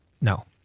No